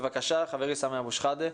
בבקשה, חברי, סמי אבו שחאדה.